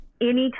Anytime